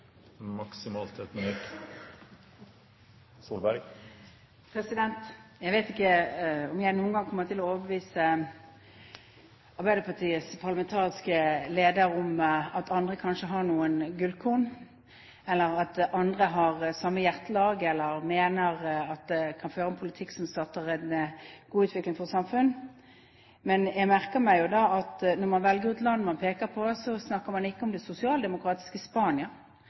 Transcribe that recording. minutt. Jeg vet ikke om jeg noen gang kommer til å overbevise Arbeiderpartiets parlamentariske leder om at andre kanskje har noen gullkorn, at andre har samme hjertelag, eller at de kan føre en politikk som starter en god utvikling for samfunnet. Men jeg merker meg jo at når man velger ut land man peker på, snakker man ikke om sosialdemokratiske Spania,